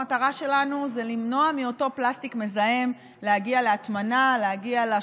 המטרה שלנו היא למנוע מאותו פלסטיק מזהם להגיע להטמנה,